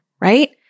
right